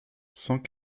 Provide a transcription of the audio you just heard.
cent